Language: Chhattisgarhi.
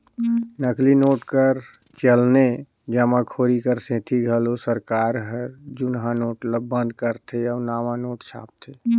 नकली नोट कर चलनए जमाखोरी कर सेती घलो सरकार हर जुनहा नोट ल बंद करथे अउ नावा नोट छापथे